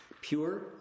pure